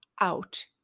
out